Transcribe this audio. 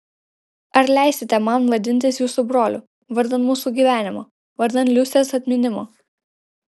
ar leisite man vadintis jūsų broliu vardan mūsų gyvenimo vardan liusės atminimo